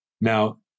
Now